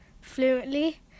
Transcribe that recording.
fluently